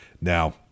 Now